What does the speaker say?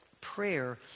prayer